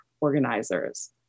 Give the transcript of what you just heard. organizers